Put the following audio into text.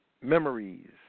memories